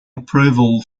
approval